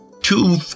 Two